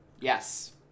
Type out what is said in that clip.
Yes